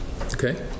Okay